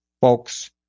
Folks